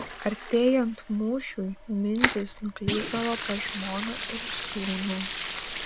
artėjant mūšiui mintys nuklysdavo pas žmoną ir sūnų